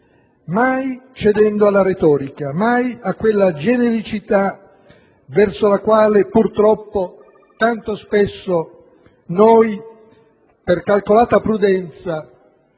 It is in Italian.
mai cedendo alla retorica o a quella genericità verso la quale noi, purtroppo, tanto spesso, per calcolata prudenza